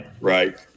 Right